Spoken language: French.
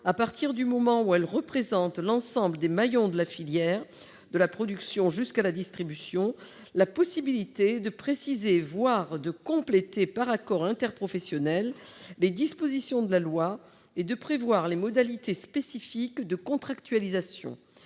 à partir du moment où elle représente l'ensemble des maillons de la filière, de la production jusqu'à la distribution, la possibilité de préciser, voire de compléter, par accord interprofessionnel, les dispositions de la loi et de prévoir les modalités spécifiques de contractualisation.